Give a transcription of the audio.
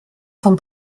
von